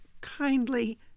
kindly